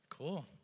Cool